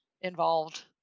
involved